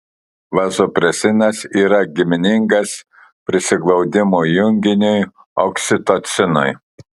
vazopresinas yra giminingas prisiglaudimo junginiui oksitocinui